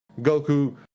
goku